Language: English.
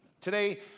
today